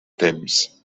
temps